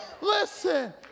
Listen